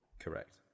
correct